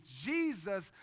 Jesus